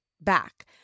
back